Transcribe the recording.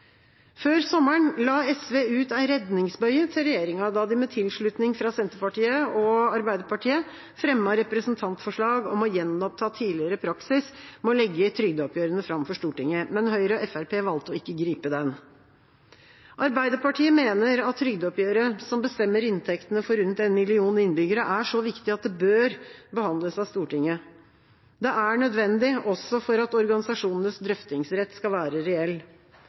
Før sommeren la SV ut en redningsbøye til regjeringen, da de med tilslutning fra Senterpartiet og Arbeiderpartiet fremmet representantforslag om å gjenoppta tidligere praksis med å legge trygdeoppgjørene fram for Stortinget. Høyre og Fremskrittspartiet valgte ikke å gripe den. Arbeiderpartiet mener at trygdeoppgjøret, som bestemmer inntektene for rundt én million innbyggere, er så viktig at det bør behandles av Stortinget. Det er nødvendig, også for at organisasjonenes drøftingsrett skal være reell.